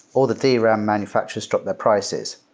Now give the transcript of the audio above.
all the dram manufactures dropped their prices,